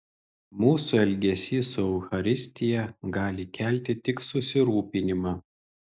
mūsų elgesys su eucharistija gali kelti tik susirūpinimą